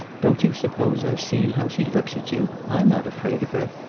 don't you suppose i've seen how she looks at you? i'm not afraid of her.